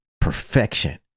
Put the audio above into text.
perfection